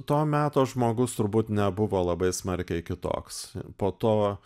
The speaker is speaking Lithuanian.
to meto žmogus turbūt nebuvo labai smarkiai kitoks po to